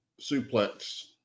suplex